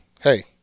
hey